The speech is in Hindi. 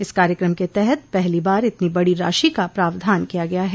इस कार्यक्रम के तहत पहली बार इतनी बडी राशि का प्रावधान किया गया है